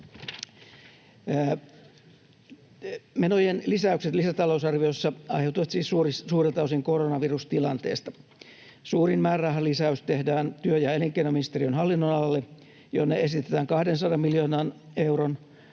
Menojen lisäykset lisätalousarviossa aiheutuvat siis suurelta osin koronavirustilanteesta. Suurin määrärahalisäys tehdään työ‑ ja elinkeinoministeriön hallinnonalalle, jonne esitetään 200 miljoonan euron